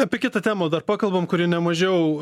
apie kitą temą dar pakalbam kuri ne mažiau